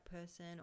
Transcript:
person